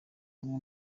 ubu